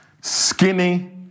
skinny